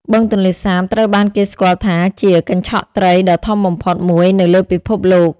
បឹងទន្លេសាបត្រូវបានគេស្គាល់ថាជា កញ្ឆក់ត្រី ដ៏ធំបំផុតមួយនៅលើពិភពលោក។